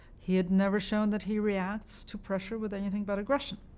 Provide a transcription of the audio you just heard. he had never shown that he reacts to pressure with anything but aggression.